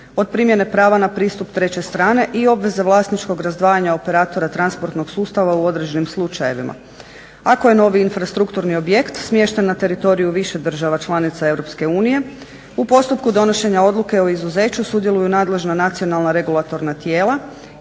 od primjene prava na pristup treće strane i obveza vlasničkog razdvajanja operatora transportnog sustava u određenim slučajevima. Ako je novi infrastrukturni objekt smješten na teritoriju više država članica EU u postupku donošenja odluke o izuzeću sudjeluju nadležna nacionalna regulatorna tijela